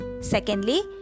Secondly